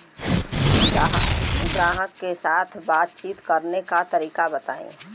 ग्राहक के साथ बातचीत करने का तरीका बताई?